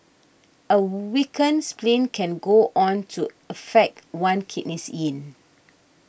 a weakened spleen can go on to affect one's kidneys yin